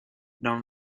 none